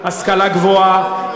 השכלה גבוהה,